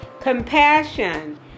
Compassion